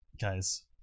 guys